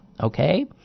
okay